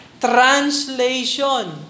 translation